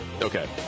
Okay